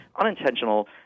unintentional